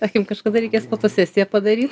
akim kažkada reikės fotosesiją padaryt